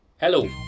Hello